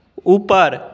ऊपर